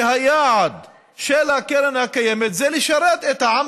שהיעד של הקרן הקיימת זה לשרת את העם